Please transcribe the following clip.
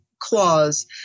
Clause